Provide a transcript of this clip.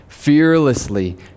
fearlessly